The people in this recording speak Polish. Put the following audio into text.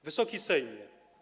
Wysoki Sejmie!